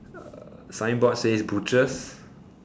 signboard says butcher